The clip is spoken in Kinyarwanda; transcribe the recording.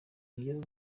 iyo